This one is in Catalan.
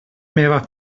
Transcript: meva